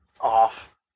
off